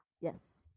yes